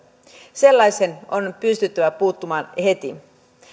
sellaiseen on pystyttävä puuttumaan heti